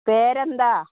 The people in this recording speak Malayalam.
പേരെന്താ